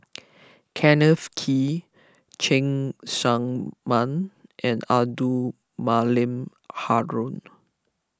Kenneth Kee Cheng Tsang Man and Abdul Malim Haron